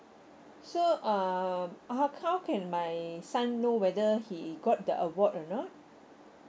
so um how how can my son know whether he got the award or not